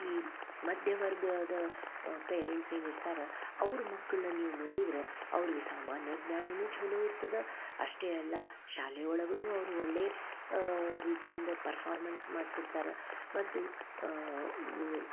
ಈ ಮಧ್ಯ ವರ್ಗದ ಪೇರೆಂಟ್ಸ್ ಏನಿರ್ತಾರೆ ಅವ್ರ ಮಕ್ಕಳನ್ನ ನೀವು ನೋಡಿದ್ರೆ ಅವ್ರಿಗೆ ಸಾಮಾನ್ಯ ಜ್ಞಾನವೂ ಚಲೋ ಇರ್ತದ ಅಷ್ಟೇ ಅಲ್ಲ ಶಾಲೆ ಒಳಗೂ ಅವರು ಒಳ್ಳೆಯ ರೀತಿಯಿಂದ ಪರ್ಫಾರ್ಮೆನ್ಸ್ ಮಾಡ್ತಿರ್ತಾರೆ ಮತ್ತು